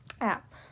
app